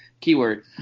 keyword